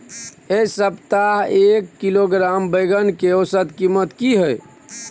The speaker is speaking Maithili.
ऐ सप्ताह एक किलोग्राम बैंगन के औसत कीमत कि हय?